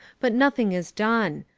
but nothing is done.